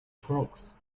frogs